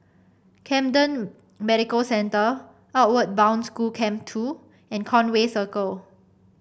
Camden Medical Centre Outward Bound School Camp Two and Conway Circle